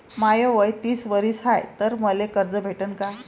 माय वय तीस वरीस हाय तर मले कर्ज भेटन का?